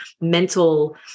mental